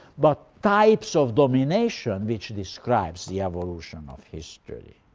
but types of domination which describes the evolution of history.